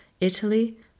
Italy